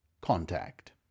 Contact